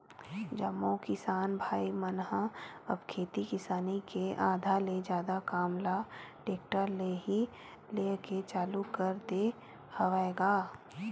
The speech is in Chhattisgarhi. जम्मो किसान भाई मन ह अब खेती किसानी के आधा ले जादा काम ल टेक्टर ले ही लेय के चालू कर दे हवय गा